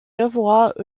devoir